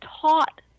taught